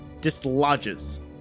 dislodges